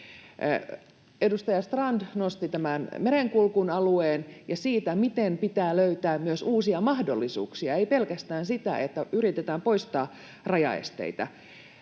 Edustaja Strand nosti tämän Merenkurkun alueen ja sen, miten pitää löytää myös uusia mahdollisuuksia, ei pelkästään yrittää poistaa rajaesteitä.